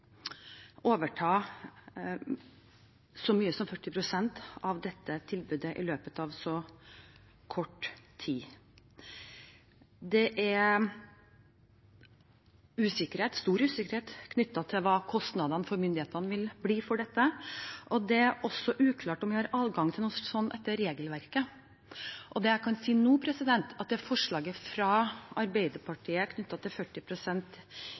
overta så mye som 40 pst. av dette tilbudet i løpet av så kort tid. Det er stor usikkerhet knyttet til hva kostnadene for myndighetene vil bli for dette. Det er også uklart om vi har adgang til noe sånt etter regelverket.